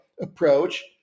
approach